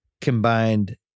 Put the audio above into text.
combined